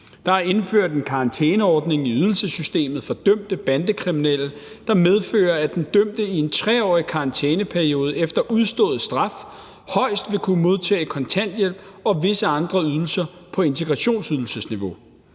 Der er indført en karantæneordning i ydelsessystemet for dømte bandekriminelle, der medfører, at den dømte i en 3-årig karantæneperiode efter udstået straf højst vil kunne modtage kontanthjælp og visse andre ydelser på integrationsydelsesniveau.